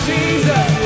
Jesus